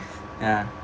ah